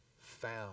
found